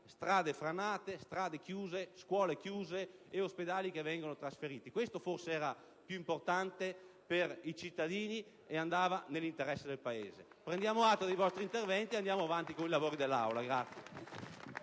strade franate, scuole chiuse ed ospedali trasferiti. Questo forse era più importante per i cittadini e andava nell'interesse del Paese. Prendiamo atto dei vostri interventi e andiamo avanti con i lavori dell'Assemblea.